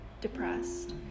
depressed